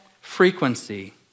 frequency